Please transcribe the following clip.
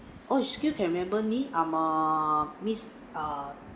oh still can remember me I'm err miss err